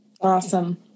awesome